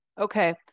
Okay